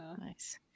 Nice